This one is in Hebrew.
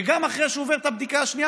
וגם אחרי שהוא עובר את הבדיקה השנייה